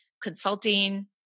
consulting